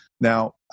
now